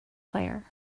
player